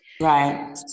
right